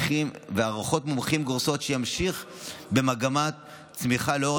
הערכות מומחים גורסות שימשיך במגמת צמיחה לאור